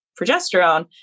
progesterone